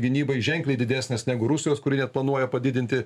gynybai ženkliai didesnės negu rusijos kuri net planuoja padidinti